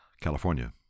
California